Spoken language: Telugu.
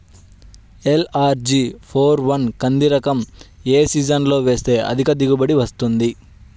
ఎల్.అర్.జి ఫోర్ వన్ కంది రకం ఏ సీజన్లో వేస్తె అధిక దిగుబడి వస్తుంది?